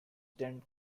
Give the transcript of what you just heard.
dent